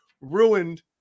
ruined